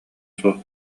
суох